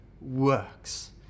works